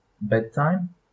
bedtime